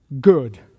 good